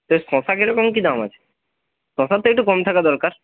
শসা কীরকম কী দাম আছে শসার তো একটু কম থাকা দরকার